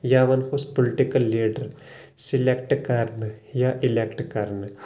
یا ونہٕ ہوس پُلٹِکل لیٖڈر سِلٮ۪کٹہٕ کرنہٕ یا اِلٮ۪کٹہٕ کرنہٕ